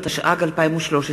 התשע"ג 2013,